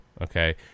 okay